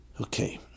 Okay